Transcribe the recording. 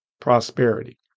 prosperity